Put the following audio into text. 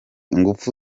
ingufu